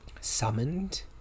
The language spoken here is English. summoned